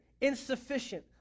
insufficient